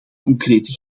concrete